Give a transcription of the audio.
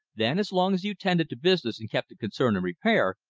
then as long as you tended to business and kept the concern in repair,